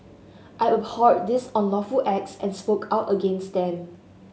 I abhorred these unlawful acts and spoke out against them